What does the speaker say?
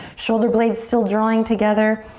shoulder blades still drawing together.